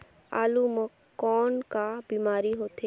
आलू म कौन का बीमारी होथे?